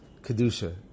Kedusha